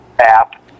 app